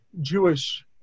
Jewish